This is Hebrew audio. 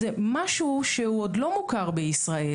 זה משהו שהוא עוד לא מוכר בישראל,